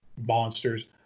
monsters